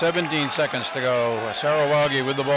seventeen seconds to go with the